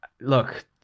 look